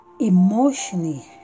emotionally